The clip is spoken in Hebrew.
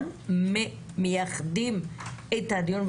ומייחדים את הדיון לזה,